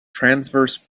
transverse